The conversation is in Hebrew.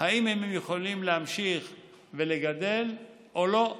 האם הם יכולים להמשיך ולגדל או לא.